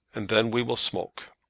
and then we will smoke.